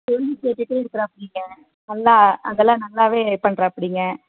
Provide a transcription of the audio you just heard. கேள்வி கேட்டுகிட்டே இருக்கிறாப்பிடிங்க நல்லா அதெல்லாம் நல்லாவே பண்ணுறாப்பிடிங்க